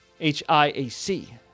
H-I-A-C